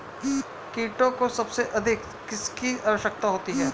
कीटों को सबसे अधिक किसकी आवश्यकता होती है?